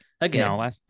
again